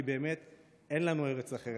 כי באמת אין לנו ארץ אחרת.